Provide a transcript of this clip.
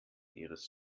ihres